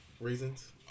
reasons